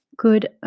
Good